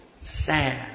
sad